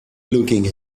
looking